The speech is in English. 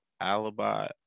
alibi